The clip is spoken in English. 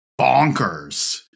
bonkers